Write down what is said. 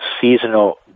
seasonal